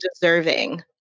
deserving